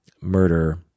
murder